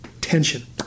Tension